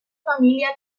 familia